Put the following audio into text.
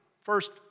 first